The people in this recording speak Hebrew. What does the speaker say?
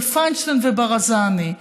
של פיינשטיין וברזני,